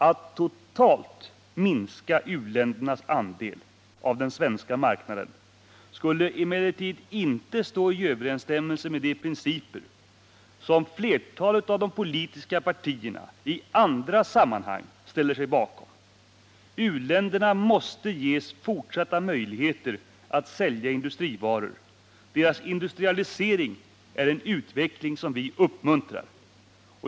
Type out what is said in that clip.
Att totalt minska u-ländernas andel av den svenska marknaden skulle emellertid inte stå i överensstämmelse med de principer som flertalet av de politiska partierna i andra sammanhang ställer sig bakom. U-länderna måste ges fortsatta möjligheter att sälja industrivaror. Deras industrialisering är en utveckling som vi uppmuntrar.